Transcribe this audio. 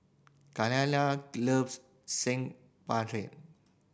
loves Saag